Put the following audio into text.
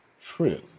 true